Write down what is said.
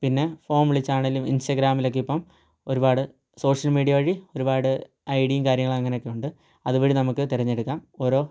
പിന്നെ ഫോൺ വിളിച്ചാണെങ്കിലും ഇൻസ്റ്റാഗ്രാമിൽ ഒക്കെ ഇപ്പം ഒരുപാട് സോഷ്യൽ മീഡിയ വഴി ഒരുപാട് ഐ ഡിയും കാര്യങ്ങളൊക്കെ അങ്ങനെയുണ്ട് അതുവഴി നമുക്ക് തിരഞ്ഞെടുക്കാം ഓരോ